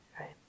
right